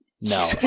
No